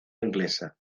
inglesa